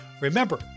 remember